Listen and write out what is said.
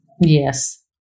Yes